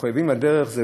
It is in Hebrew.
מחויבים לדרך,